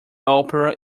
opera